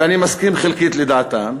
ואני מסכים חלקית לדעתם,